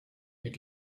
mit